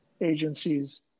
agencies